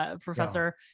professor